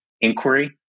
inquiry